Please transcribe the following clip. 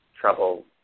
trouble